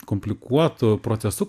komplikuotu procesu